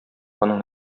аның